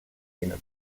dienen